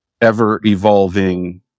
ever-evolving